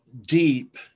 deep